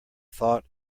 thought